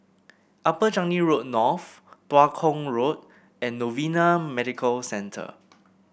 Upper Changi Road North Tua Kong Road and Novena Medical Centre